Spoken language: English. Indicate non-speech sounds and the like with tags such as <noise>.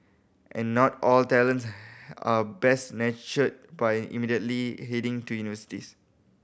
and not all talents <unintelligible> are best nurtured by immediately heading to universities